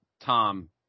tom